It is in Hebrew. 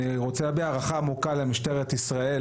רוצה להביע הערכה עמוקה למשטרת ישראל.